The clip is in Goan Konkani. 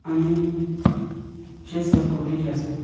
आनी जे संस्कृती जी आसा